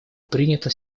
принято